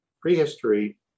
prehistory